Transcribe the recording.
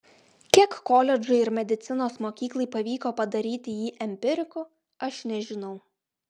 kiek koledžui ir medicinos mokyklai pavyko padaryti jį empiriku aš nežinau